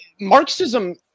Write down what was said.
Marxism